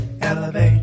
elevate